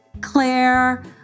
Claire